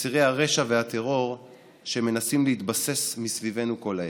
לצירי הרשע והטרור שמנסים להתבסס מסביבנו כל העת.